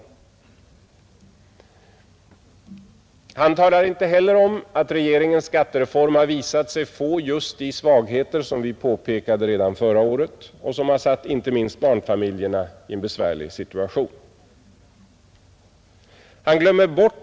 Han talar inte heller om att regeringens skattereform har visat sig innehålla just de svagheter som vi påpekade redan förra året och som satt inte minst barnfamiljerna i en besvärlig situation.